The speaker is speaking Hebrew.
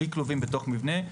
בלי כלובים בתוך מבנה.